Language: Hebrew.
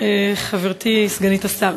חברתי סגנית השר,